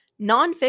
Nonfiction